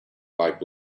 like